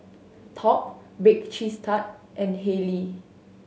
Top Bake Cheese Tart and Haylee